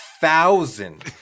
Thousand